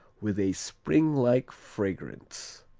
with a spring-like fragrance.